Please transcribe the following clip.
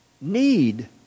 need